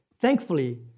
thankfully